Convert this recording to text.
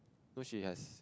because she has